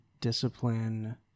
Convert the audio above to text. discipline